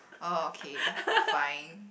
okay fine